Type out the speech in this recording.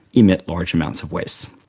emit large amount of wastes.